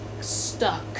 stuck